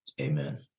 Amen